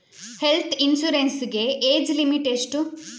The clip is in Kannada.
ಹೆಲ್ತ್ ಇನ್ಸೂರೆನ್ಸ್ ಗೆ ಏಜ್ ಲಿಮಿಟ್ ಎಷ್ಟು?